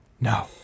No